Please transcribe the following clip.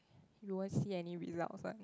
you won't see any results one